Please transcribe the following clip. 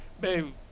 Babe